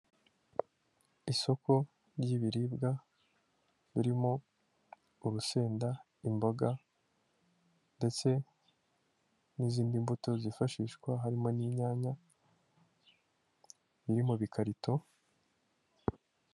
Isoko ry'ibiribwa birimo urusenda, imboga ndetse n'izindi mbuto zifashishwa harimo n'inyanya, iri mu bikarito.